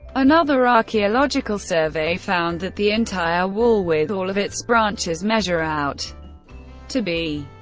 another archaeological survey found that the entire wall with all of its branches measure out to be.